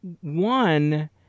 One